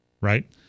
right